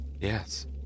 Yes